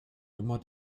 immer